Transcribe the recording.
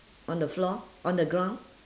on the floor on the ground